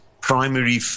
primary